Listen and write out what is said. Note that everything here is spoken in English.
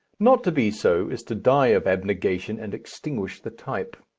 not to be so, is to die of abnegation and extinguish the type.